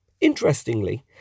Interestingly